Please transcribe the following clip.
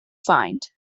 find